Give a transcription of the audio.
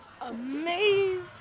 Amazing